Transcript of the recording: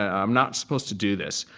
i'm not supposed to do this.